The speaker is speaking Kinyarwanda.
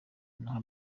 nka